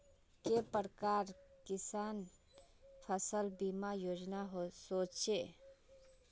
के प्रकार किसान फसल बीमा योजना सोचें?